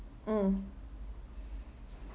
mm